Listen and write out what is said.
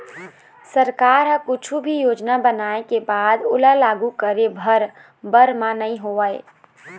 सरकार ह कुछु भी योजना बनाय के बाद ओला लागू करे भर बर म नइ होवय